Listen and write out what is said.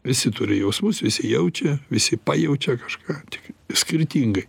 visi turi jausmus visi jaučia visi pajaučia kažką tik skirtingai